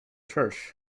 church